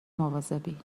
مواظبی